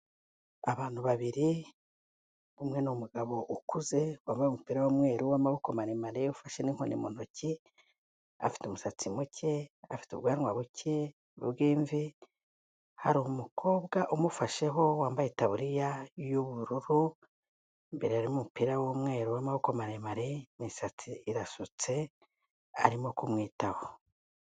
Abantu babiri, umwe ni umugabo ukuze, wambaye umupira w'umweru w'amaboko maremare, ufashe n'inkoni mu ntoki, afite umusatsi muke, afite ubwanwa buke bw'imvi, hari umukobwa umufasheho, wambaye itaburiya y'ubururu, imbere harimo umupira w'umweru w'amaboko maremare, imisatsi irasutse, arimo kumwitaho